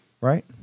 right